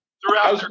throughout